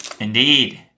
Indeed